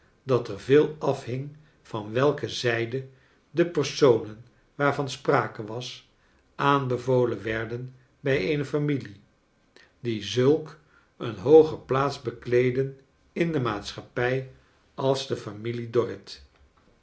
dat er veel afhing van welke zij de de pers onen waarvan sprake was aanbevolen werden hij eene familie die zulk een hooge plaats bekleedde in de maatschappij als de familie dorrit